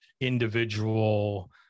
individual